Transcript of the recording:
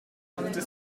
commented